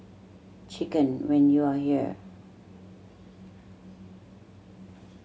you must try Kung Po Chicken when you are here